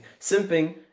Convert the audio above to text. Simping